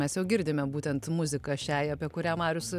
mes jau girdime būtent muziką šiai apie kurią marius